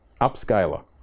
upscaler